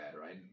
right